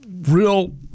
real